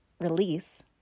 release